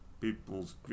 people's